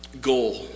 goal